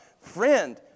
friend